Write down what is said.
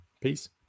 Peace